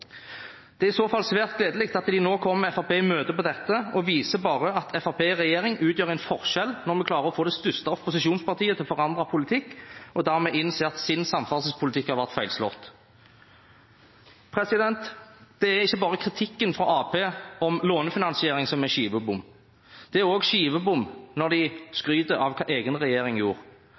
Det er i så fall svært gledelig at de nå kommer Fremskrittspartiet i møte på dette, og det viser bare at Fremskrittspartiet i regjering utgjør en fordel når vi klarer å få det største opposisjonspartiet til å forandre politikk og dermed innse at sin samferdselspolitikk har vært feilslått. Det er ikke bare kritikken fra Arbeiderpartiet om lånefinansiering som er skivebom. Det er også skivebom når de skryter av hva egen regjering gjorde.